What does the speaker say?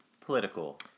political